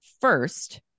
first